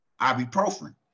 ibuprofen